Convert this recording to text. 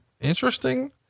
Interesting